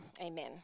amen